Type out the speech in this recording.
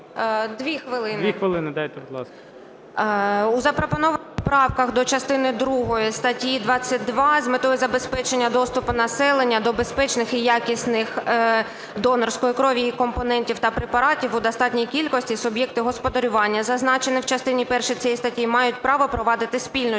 Дві хвилини надайте, будь ласка. 14:48:18 КІНЗБУРСЬКА В.О. У запропонованих правках до частини другої статті 22 з метою забезпечення доступу населення до безпечних і якісних донорської крові, її компонентів та препаратів у достатній кількості, суб'єкти господарювання, зазначені в частині першій цієї статті, мають право провадити спільну